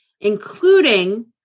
including